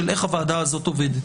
של איך הוועדה הזאת עובדת,